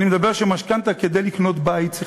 אני מדבר על כך שמשכנתה כדי לקנות בית צריכה